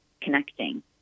connecting